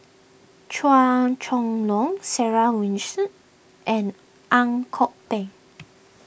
Chua Chong Long Sarah and Ang Kok Peng